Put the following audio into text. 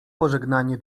pożegnanie